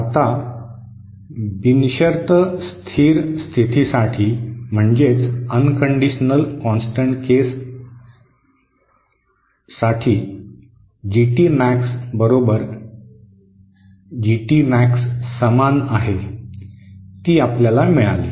आता बिनशर्त स्थिर स्थितीसाठी जीटी मॅक्स बरोबर जी जीटी मॅक्स समान आहे ती आपल्याला मिळाली